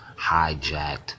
hijacked